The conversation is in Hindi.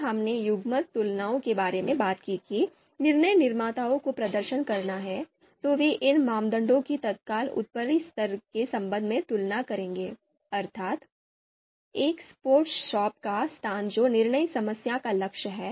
जब हमने युग्मक तुलनाओं के बारे में बात की कि निर्णय निर्माताओं को प्रदर्शन करना है तो वे इन मानदंडों की तत्काल ऊपरी स्तर के संबंध में तुलना करेंगे अर्थात एक स्पोर्ट्स शॉप का स्थान जो निर्णय समस्या का लक्ष्य है